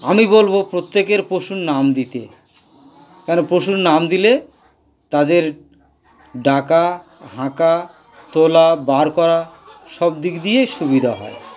আমি বলব প্রত্যেকের পশুর নাম দিতে কেন পশুর নাম দিলে তাদের ডাকা হাঁকা তোলা বার করা সব দিক দিয়েই সুবিধা হয়